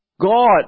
God